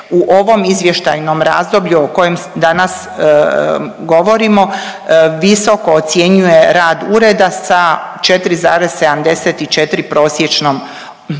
u ovom izvještajnom razdoblju o kojem danas govorimo visoko ocjenjuje rad ureda sa 4,74 prosječnom ocjenom.